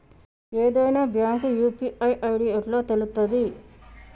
ఏదైనా bank UPI ID ఎట్లా తెలుత్తది?